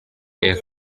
eich